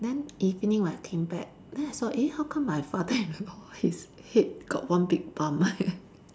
then evening when I came back then I saw eh how come my father-in-law his head got one big bump